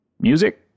music